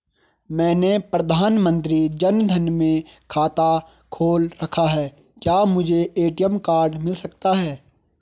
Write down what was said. मैंने प्रधानमंत्री जन धन में खाता खोल रखा है क्या मुझे ए.टी.एम कार्ड मिल सकता है?